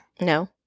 No